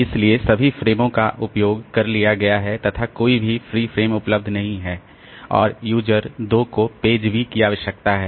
इसलिए सभी फ्रेमो का उपयोग कर लिया गया है तथा कोई फ्री फ्रेम उपलब्ध नहीं है और यूज़र 2 को पेज B की आवश्यकता है